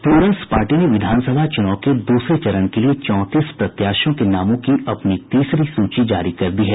Plurals party ने विधानसभा चुनाव के दूसरे चरण के लिये चौंतीस प्रत्याशियों के नामों की अपनी तीसरी सूची जारी कर दी है